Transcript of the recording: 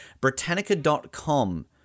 Britannica.com